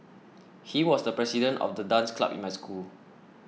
he was the president of the dance club in my school